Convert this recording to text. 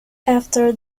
after